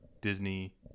Disney